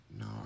no